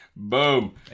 Boom